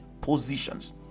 positions